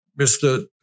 Mr